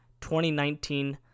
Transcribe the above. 2019